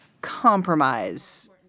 compromise